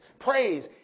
Praise